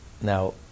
now